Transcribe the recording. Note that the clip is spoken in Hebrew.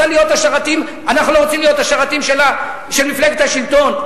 אנחנו לא רוצים להיות השרתים של מפלגת השלטון.